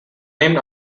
named